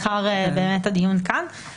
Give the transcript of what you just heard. במקום "ד' באדר ב' התשפ"ב (7 במרס 2022)" יבוא "כ"ה באדר ב'